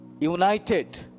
united